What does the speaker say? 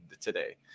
today